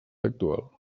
actual